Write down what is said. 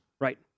Right